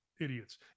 idiots